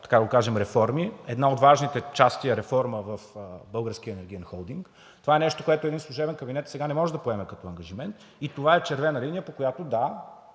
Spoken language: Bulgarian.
така да го кажем, реформи, а една от важните части е реформата на „Българския енергиен холдинг“. Това е нещо, което един служебен кабинет не може да поеме сега като ангажимент, и това е червена линия – да,